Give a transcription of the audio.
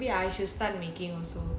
maybe I should start making also